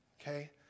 okay